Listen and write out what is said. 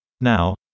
Now